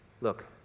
look